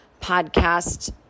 podcast